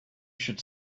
should